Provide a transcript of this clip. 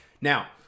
now